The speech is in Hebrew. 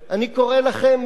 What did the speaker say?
באמת ובתמים